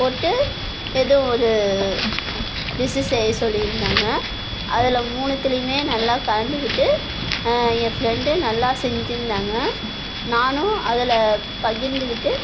போட்டு எதோ ஒரு டிஷ் செய்ய சொல்லியிருந்தாங்க அதில் மூணுத்துலேயுமே நல்லா கலந்துக்கிட்டு என் ஃபிரெண்டு நல்லா செஞ்சுருந்தாங்க நானும் அதில் பகிர்ந்துக்கிட்டு